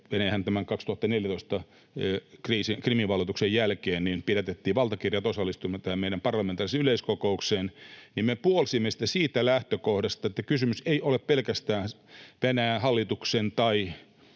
Venäjältähän vuoden 2014 Krimin valloituksen jälkeen pidätettiin valtakirjat osallistua tähän meidän parlamentaariseen yleiskokoukseen. Me puolsimme sitä siitä lähtökohdasta, että kysymys ei ole pelkästään Venäjän hallituksen tai